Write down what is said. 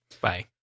bye